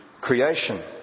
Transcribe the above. creation